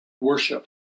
worship